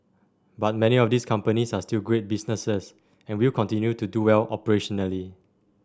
but many of these companies are still great businesses and will continue to do well operationally